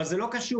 אבל זה לא קשור.